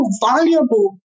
valuable